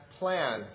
plan